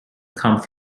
comes